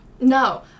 No